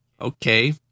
Okay